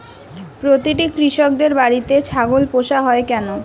প্রতিটি কৃষকদের বাড়িতে ছাগল পোষা হয় কেন?